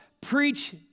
preach